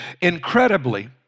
Incredibly